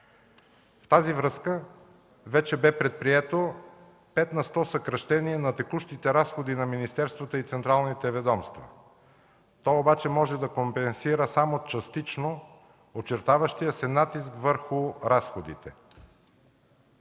В тази връзка вече бе предприето пет на сто съкращение на текущите разходи на министерствата и централните ведомства. То обаче може да компенсира само частично очертаващия се натиск върху разходите.